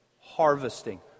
harvesting